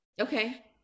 Okay